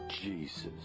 Jesus